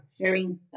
sharing